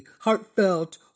heartfelt